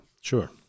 Sure